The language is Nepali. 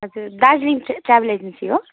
हजुर दार्जिलिङ ट्राभेलिङ एजेन्सी हो